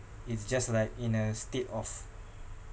it's just like in a state of